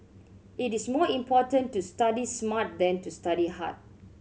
it is more important to study smart than to study hard